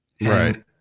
Right